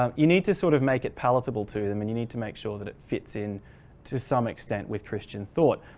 um you need to sort of make it palatable to them and you need to make sure that it fits in to some extent with christian thought.